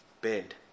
bed